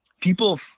people